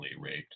raped